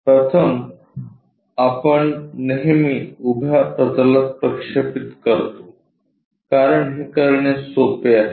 प्रथम आपण नेहमी उभ्या प्रतलात प्रक्षेपित करतो कारण हे करणे सोपे आहे